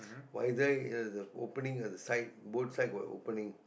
visor it has a opening at the side both side got opening